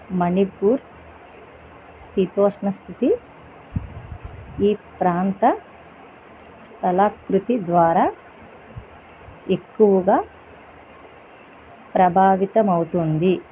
మణిపూర్ శీతోష్ణస్థితి ఈ ప్రాంత స్థలాకృతి ద్వారా ఎక్కువగా ప్రభావితమవుతుంది